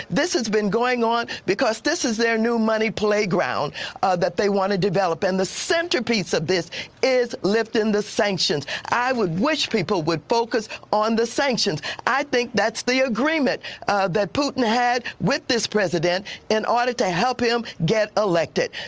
this has been going on because this is their new money playground that they want to develop. and the centerpiece of this is lifting the sanctions. i wish people would focus on the sanctions. i think that's the agreement agreement that putin had with this president in order to help him get elected.